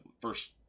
first